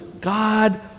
God